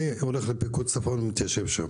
אני הולך לפיקוד צפון ומתיישב שם